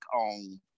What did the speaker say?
on